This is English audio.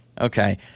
Okay